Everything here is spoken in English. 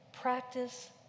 Practice